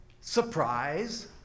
surprise